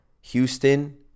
Houston